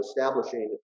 establishing